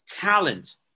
talent